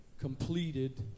completed